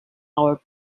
our